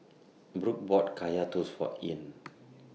Brook bought Kaya Toast For Ean